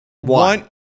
one